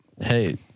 hey